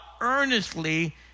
earnestly